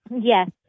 Yes